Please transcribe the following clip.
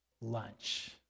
lunch